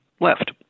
left